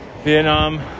Vietnam